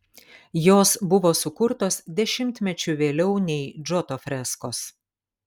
jos buvo sukurtos dešimtmečiu vėliau nei džoto freskos